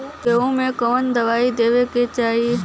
गेहूँ मे कवन दवाई देवे के चाही?